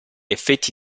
effetti